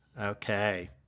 Okay